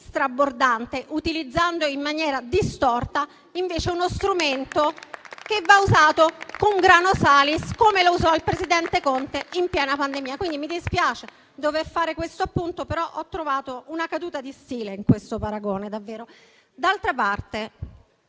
strabordante, utilizzando in maniera distorta uno strumento che va usato *cum grano salis*, come lo usò il presidente Conte in piena pandemia. Mi dispiace dover fare questo appunto, però ho trovato una caduta di stile in questo paragone. D'altra parte,